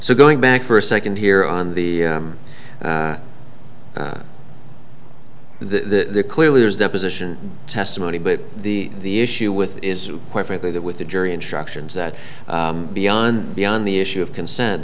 so going back for a second here on the the clearly there's deposition testimony but the the issue with it is quite frankly that with the jury instructions that beyond beyond the issue of consent